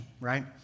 right